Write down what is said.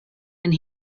and